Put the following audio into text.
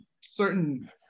certain